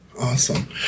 awesome